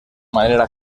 manera